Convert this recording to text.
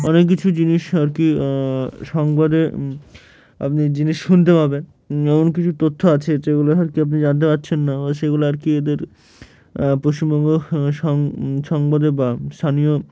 অনেক কিছু জিনিস আর কি সংবাদে আপনি জিনিস শুনতে পাবেন এমন কিছু তথ্য আছে যেগুলো আর কি আপনি জানতে পারছেন না বা সেগুলো আর কি এদের পশ্চিমবঙ্গ সং সংবাদে বা স্থানীয়